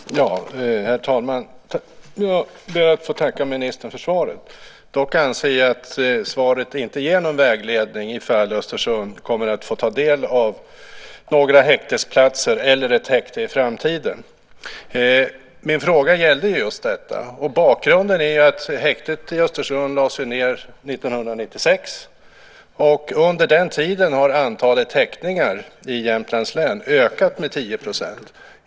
Herr talman! Jag ber att få tacka ministern för svaret. Dock anser jag att svaret inte ger någon vägledning om Östersund kommer att få ta del av några häktesplatser eller ett häkte i framtiden. Min fråga gällde just detta, och bakgrunden är att häktet i Östersund lades ned 1996. Sedan dess har antalet häktningar i Jämtlands län ökat med 10 %.